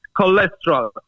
cholesterol